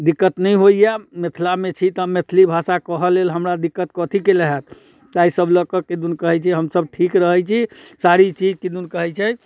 दिक्कत नहि होइया मिथिलामे छी तऽ मैथिली भाषा कहऽ लेल हमरा दिक्कत कथीके होएत ताहि सब लऽ कऽ किदुन कहैत छै हमसब ठीक रहैत छी सारी चीज किदुन कहैत छै